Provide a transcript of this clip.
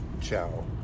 Ciao